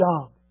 job